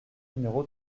numéro